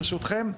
ברשותכם.